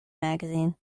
magazine